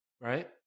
right